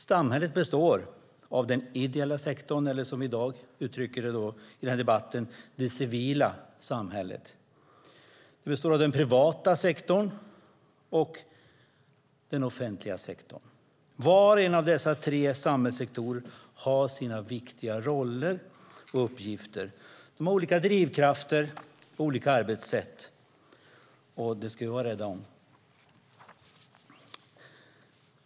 Samhället består av den ideella sektorn - eller som vi i denna debatt uttrycker det, det civila samhället - den privata sektorn och den offentliga sektorn. Var och en av dessa tre samhällssektorer har sina viktiga roller och uppgifter. De har olika drivkrafter och arbetssätt, och dem ska vi vara rädda om.